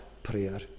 prayer